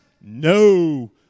No